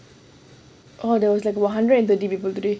oh there was like about hundred and thirty people today